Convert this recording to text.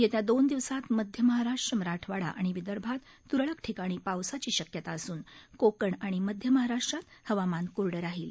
येत्या दोन दिवसांत मध्य महाराष्ट मराठवाडा आणि विदर्भत तुरळक ठिकाणी पावसाची शक्यता असून कोकण आणि मध्य महाराष्ट्रात हवामान कोरडं राहील